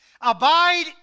Abide